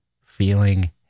feeling